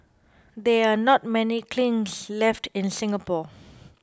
there are not many kilns left in Singapore